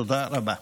תודה רבה.